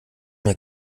mir